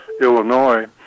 Illinois